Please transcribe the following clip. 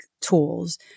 tools